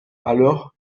alors